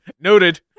Noted